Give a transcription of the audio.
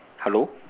hello